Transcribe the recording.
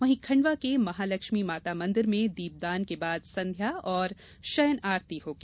वहीं खंडवा के महालक्ष्मी माता मंदिर में दीपदान के बाद संध्या और शयन आरती होगी